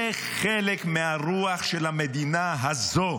זה חלק מהרוח של המדינה הזו.